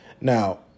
Now